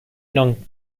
non